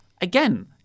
again